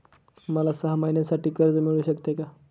मला सहा महिन्यांसाठी कर्ज मिळू शकते का?